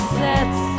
sets